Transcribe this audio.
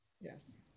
Yes